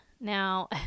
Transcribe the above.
Now